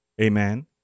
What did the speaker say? amen